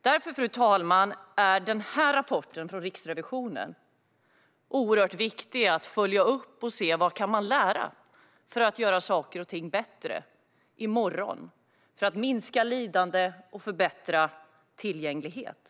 Därför är det oerhört viktigt att följa upp rapporten från Riksrevisionen och se vad man kan lära för att göra saker och ting bättre - i morgon - och för att minska lidandet och förbättra tillgängligheten.